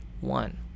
one